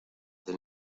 del